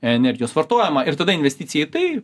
energijos vartojimą ir tada investicija į tai